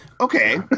Okay